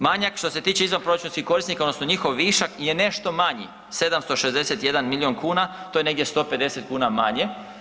Manjak što se tiče izvanproračunskih korisnika odnosno njihov višak je nešto manji 761 milion kuna to je negdje 150 kuna manje.